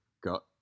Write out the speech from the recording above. got